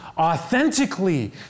authentically